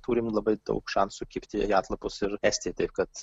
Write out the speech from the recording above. turim labai daug šansų kibti į atlapus ir estijai tai kad